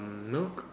milk